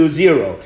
zero